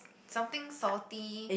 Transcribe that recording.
something salty